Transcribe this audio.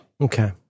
Okay